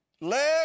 Let